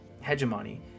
hegemony